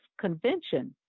convention